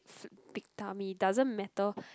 big tummy doesn't matter